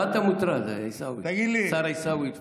מה אתה מוטרד, השר עיסאווי פריג'?